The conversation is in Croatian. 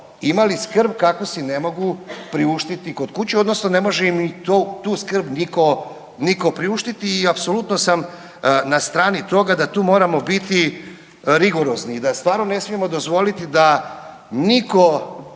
imali skrb kakvu si ne mogu priuštiti kod kuće odnosno ne može im ni tu skrb niko priuštiti. I apsolutno sam na strani toga da tu moramo biti rigorozni i da stvarno ne smijemo dozvoliti da niko